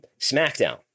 SmackDown